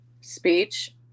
speech